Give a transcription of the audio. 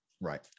right